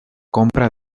compra